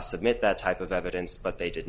submit that type of evidence but they did